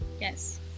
yes